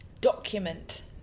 document